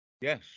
Yes